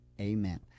Amen